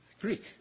Greek